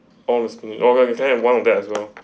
oh it's good okay okay can I get one of that as well